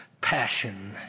passion